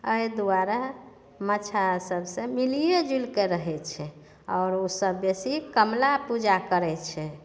एहि दुआरे मछाह सभसे मिलिएजुलिके रहै छै आओर ओसभ बेसी कमला पूजा करै छै